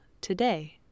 today